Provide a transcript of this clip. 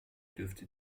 dürfte